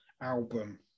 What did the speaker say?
album